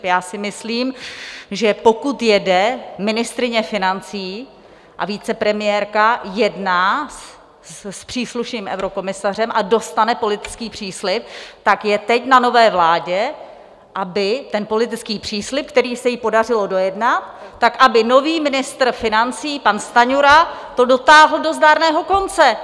Já si myslím, že pokud jede ministryně financí a vicepremiérka, jedná s příslušným eurokomisařem a dostane politický příslib, tak je teď na nové vládě, aby ten politický příslib, který se jí podařilo dojednat, tak aby nový ministr financí pan Stanjura to dotáhl do zdárného konce.